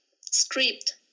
script